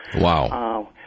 Wow